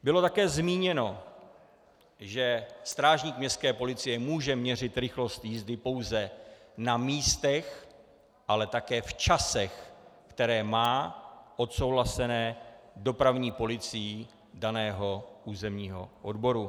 Bylo také zmíněno, že strážník městské policie může měřit rychlost jízdy pouze na místech, ale také v časech, které má odsouhlaseny dopravní policií daného územního odboru.